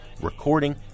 recording